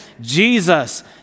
Jesus